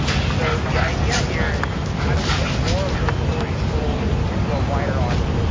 and so the idea here is how do we get more of those stories told and to a wider audience?